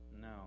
No